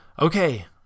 Okay